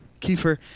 Kiefer –